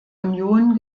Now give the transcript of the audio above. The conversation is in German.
union